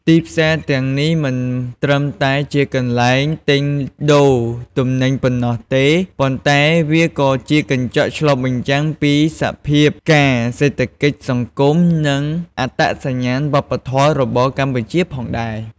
ទីផ្សារទាំងនេះមិនត្រឹមតែជាកន្លែងទិញដូរទំនិញប៉ុណ្ណោះទេ ប៉ុន្តែវាក៏ជាកញ្ចក់ឆ្លុះបញ្ចាំងពីសភាពការណ៍សេដ្ឋកិច្ច សង្គម និងអត្តសញ្ញាណវប្បធម៌របស់កម្ពុជាផងដែរ។